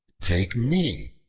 take me,